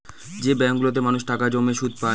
যে ব্যাঙ্কগুলোতে মানুষ টাকা জমিয়ে সুদ পায়